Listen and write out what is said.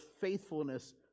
faithfulness